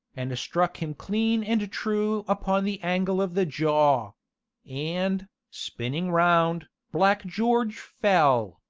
and struck him clean and true upon the angle of the jaw and, spinning round, black george fell,